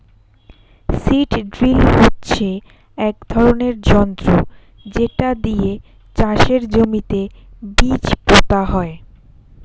seed drill হচ্ছে এক ধরনের যন্ত্র যেটা দিয়ে চাষের জমিতে বীজ পোতা হয়